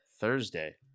thursday